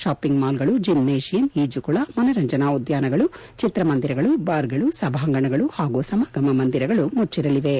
shopping ಮಾಲ್ಗಳು gymnasium ಈಜುಕೊಳ ಮನರಂಜನಾ ಉದ್ಲಾನಗಳು ಚಿತ್ರಮಂದಿರಗಳು ಬಾರ್ಗಳು ಸಭಾಂಗಣಗಳು ಹಾಗೂ ಸಮಾಗಮ ಮಂದಿರಗಳು ಮುಚ್ಚರಲಿವೆ